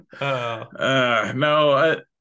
No